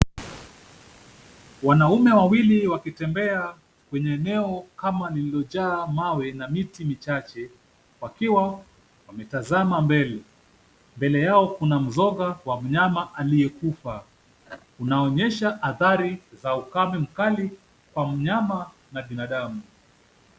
Wanaume wawili wakitembea kwenye eneo kama lililojaa mawe na miti michache wakiwa wametazama mbele. Mbele yao kuna mzoga wa mnyama aliyekufa. Unaonyesha athari za ukame mkali wa mnyama na binadamu.